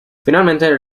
finalmente